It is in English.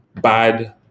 bad